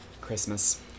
Christmas